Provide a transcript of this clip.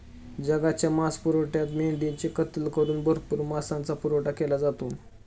जगाच्या मांसपुरवठ्यात मेंढ्यांची कत्तल करून भरपूर मांसाचा पुरवठा केला जातो